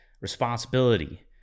responsibility